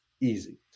easy